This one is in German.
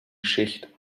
schicht